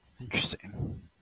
interesting